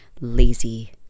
lazy